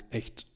echt